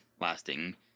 lasting